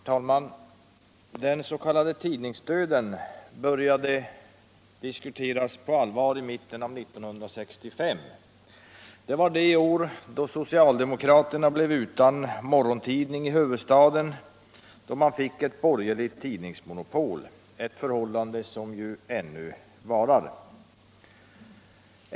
Herr talman! Den s.k. tidningsdöden började diskuteras på allvar i mitten av 1965. Det var det år då socialdemokraterna blev utan morgontidning i huvudstaden och man fick ett borgerligt tidningsmonopol, ett förhållande som ju ännu varar.